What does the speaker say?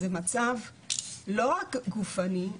זה מצב לא רק קשה גופני,